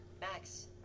Max